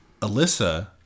Alyssa